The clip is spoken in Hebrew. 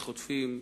חוטפים,